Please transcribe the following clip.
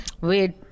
Wait